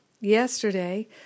yesterday